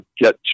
get